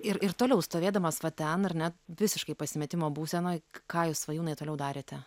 ir ir toliau stovėdamas va ten ar ne visiškai pasimetimo būsenoj ką jūs svajūnai toliau darėte